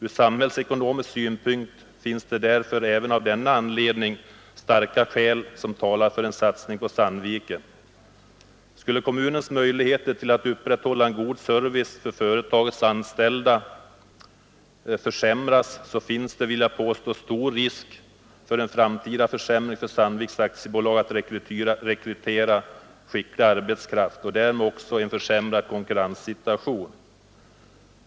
Ur samhällsekonomisk synpunkt finns det därför även starka skäl som talar för en satsning på Sandviken. Skulle kommunens möjligheter att upprätthålla en god service för företagets anställda försämras så finns det, vill jag påstå, stor risk för en framtida försämring för Sandvikens Jernverk att rekrytera skicklig arbetskraft, och därmed uppstår en försämrad konkurrenssituation.